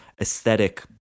aesthetic